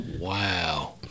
Wow